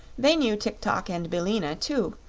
they knew tik-tok and billina, too,